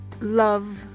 love